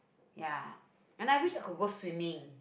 ya and I wish I could go swimming